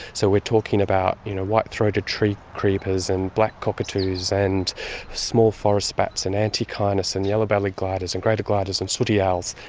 so we're talking about you know white-throated treecreepers and black cockatoos and small forest bats and antechinus and yellow-bellied gliders and greater gliders and sooty owls.